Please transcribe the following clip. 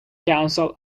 council